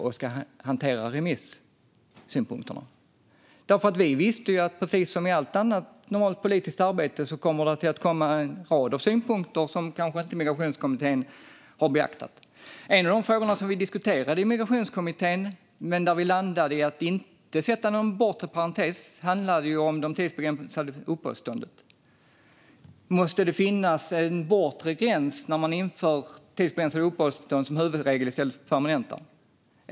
Vi visste ju att det skulle komma en rad synpunkter - precis som i allt annat normalt politiskt arbete - som Migrationskommittén kanske inte beaktat. En av de frågor som vi diskuterade i Migrationskommittén handlade om de tidsbegränsade uppehållstillstånden. Där landade vi i att inte sätta någon bortre parentes. Måste det finnas en bortre gräns när man inför tidsbegränsade uppehållstillstånd som huvudregel i stället för permanenta?